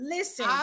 Listen